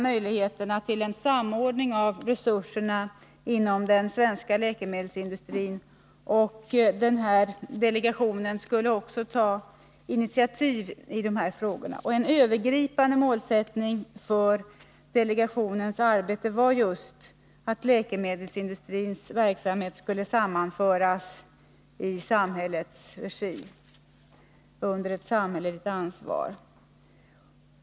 möjligheterna till en samordning av resurserna inom den svenska läkemedelsindustrin. Delegationen skulle också ta initiativ i dessa frågor. En övergripande målsättning för delegationens arbete var just att läkemedelsindustrins verksamhet skulle sammanföras i samhällets regi och under samhälleligt ansvar.